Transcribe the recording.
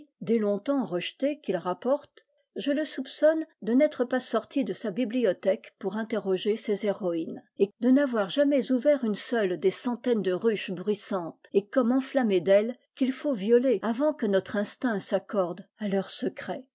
dès longtemps rejetés qu'il rapporte je le soupçonne de n'être pas sorti de sa bibliothèque pour interroger ses héroïnes et de n'avoir jamais ouvert une seule des centaines de ruches bruissantes et comme enflammées d'ailes qu'il faut violer avant que notre instinct s'accorde à leur secret